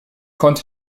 konnte